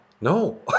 no